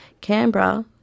Canberra